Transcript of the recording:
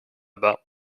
bas